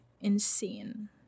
insane